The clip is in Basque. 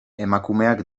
emakumeak